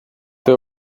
they